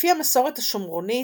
לפי המסורת השומרונית,